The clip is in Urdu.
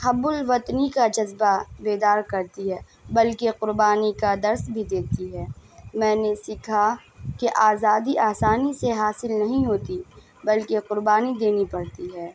حُبُّ الوطنی کا جذبہ بیدار کرتی ہے بلکہ قربانی کا درس بھی دیتی ہے میں نے سیکھا کے آزادی آسانی سے حاصل نہیں ہوتی بلکہ قربانی دینی پڑتی ہے